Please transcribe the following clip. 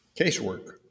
casework